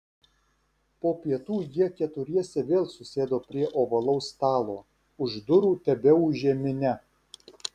po pietų jie keturiese vėl susėdo prie ovalaus stalo už durų tebeūžė minia